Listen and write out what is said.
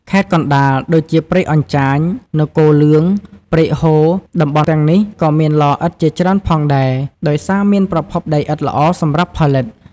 ខេត្តកណ្តាល ដូចជា ព្រែកអញ្ចាញ នគរលឿង ព្រែកហូរ តំបន់ទាំងនេះក៏មានឡឥដ្ឋជាច្រើនផងដែរ ដោយសារមានប្រភពដីឥដ្ឋល្អសម្រាប់ផលិត។